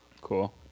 Cool